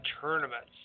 tournaments